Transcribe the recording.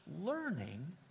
learning